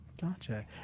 gotcha